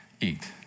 eat